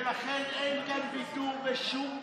ולכן אין כאן ויתור בשום דבר.